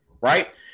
Right